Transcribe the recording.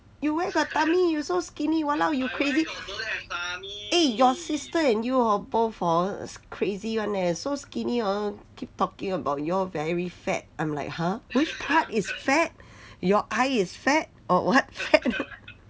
you where got tummy you so skinny !walao! you crazy eh your sister and you orh both hor s~ crazy [one] eh so skinny orh keep talking about your very fat I'm like !huh! which part is fat your eye is fat or what